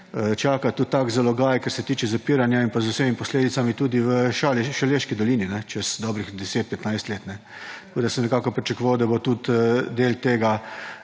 čaka tudi tak zalogaj, kar se tiče zapiranja, z vsemi posledicami, tudi v Šaleški dolini čez dobrih 10, 15 let ‒, tako sem nekako pričakoval, da bo tudi del tega